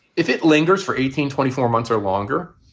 if it lingers for eighteen, twenty four months or longer,